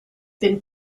been